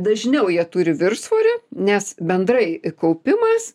dažniau jie turi viršsvorį nes bendrai kaupimas